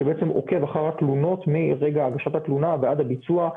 שבעצם עוקב אחר התלונות מרגע הגשת התלונה ועד הביצוע.